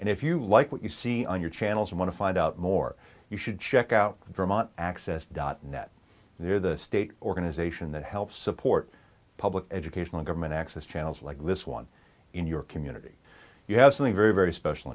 and if you like what you see on your channels and want to find out more you should check out vermont access dot net there the state organization that helps support public educational government access channels like this one in your community you have something very very special